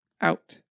out